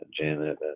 Janet